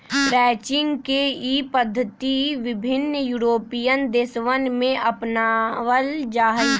ranching के ई पद्धति विभिन्न यूरोपीयन देशवन में अपनावल जाहई